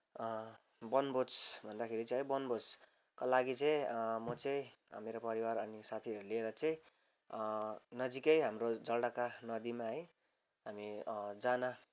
वनभोज भन्दाखेरि चाहिँ है वनभोजका लागि चाहिँ म चाहिँ मेरो परिवार अनि साथीहरू लिएर चाहिँ नजिकै हाम्रो जलढका नदीमा है हामी जान